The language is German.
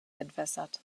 entwässert